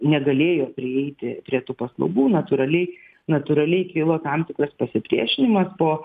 negalėjo prieiti prie tų paslaugų natūraliai natūraliai kilo tam tikras pasipriešinimas po